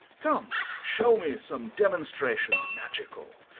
come, shew me some demonstrations magical,